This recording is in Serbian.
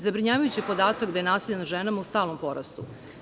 Zabrinjavajući je podatak da je nasilje nad ženama u stalnom porastu.